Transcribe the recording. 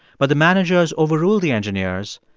but the managers overruled the engineers,